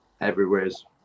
everywhere's